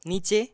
নীচে